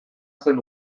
zen